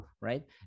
right